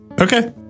Okay